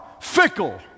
fickle